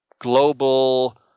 global